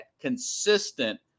consistent